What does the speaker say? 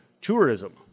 tourism